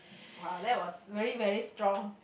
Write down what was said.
!wow! that was very very strong